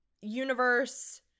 universe